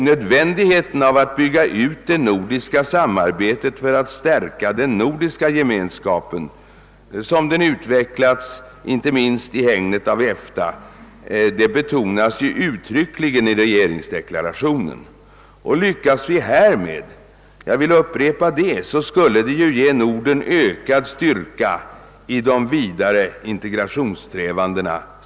Nödvändigheten av att bygga ut det nordiska samarbetet för att stärka den nordiska gemenskapen, inte minst såsom den utvecklats i hägnet av EFTA, betonas ju uttryckligen i regeringsdeklarationen. Lyckas vi härmed — jag vill upprepa detta — skulle Norden samtidigt ges ökad styrka i de vidare integrationssträvandena.